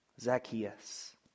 Zacchaeus